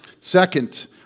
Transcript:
Second